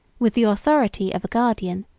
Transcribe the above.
with the authority of a guardian,